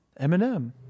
Eminem